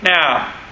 Now